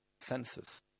senses